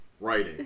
writing